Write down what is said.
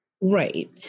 Right